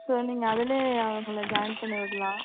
so நீங்கள் அதுலேயே அவங்களை ஜாயின் பண்ணிவிடலாம்